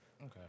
Okay